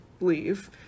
leave